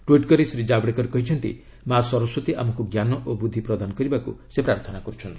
tweet କରି ଶ୍ରୀ ଜାବଡେକର କହିଛନ୍ତି ମା' ସରସ୍ୱତୀ ଆମକୁ ଜ୍ଞାନ ଓ ବୁଦ୍ଧି ପ୍ରଦାନ କରିବାକୁ ସେ ପ୍ରାର୍ଥନା କରୁଛନ୍ତି